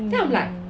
!ow!